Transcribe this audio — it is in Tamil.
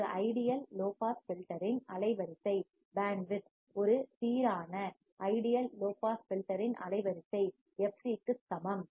ஒரு ஐடியல் லோ பாஸ் ஃபில்டர் இன் அலைவரிசைபேண்ட் வித் ஒரு சீரான ஐடியல் லோ பாஸ் ஃபில்டர் இன் அலைவரிசை fc க்கு சமம்